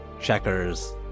Checkers